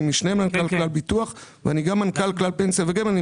אני משנה מנכ"ל כלל ביטוח ואני גם מנכ"ל כלל פנסיה וגמל.